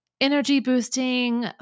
energy-boosting